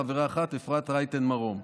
חברה אחת: אפרת רייטן מרום.